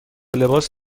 لباس